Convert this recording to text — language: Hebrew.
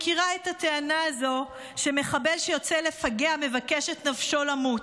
אני מכירה את הטענה הזו שמחבל שיוצא לפגע מבקש את נפשו למות.